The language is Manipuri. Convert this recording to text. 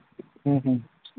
ꯎꯝ ꯎꯝ